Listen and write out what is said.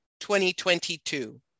2022